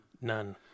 None